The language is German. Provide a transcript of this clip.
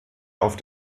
auf